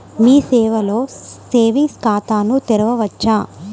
మీ సేవలో సేవింగ్స్ ఖాతాను తెరవవచ్చా?